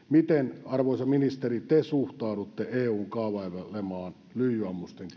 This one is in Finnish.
miten arvoisa ministeri te suhtaudutte eun kaavailemaan lyijyammusten